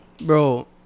Bro